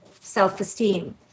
self-esteem